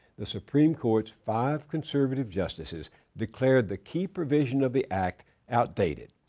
the supreme court's five conservative justices declared the key provision of the act outdated.